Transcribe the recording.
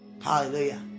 Hallelujah